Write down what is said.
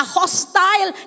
hostile